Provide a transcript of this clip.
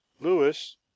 Lewis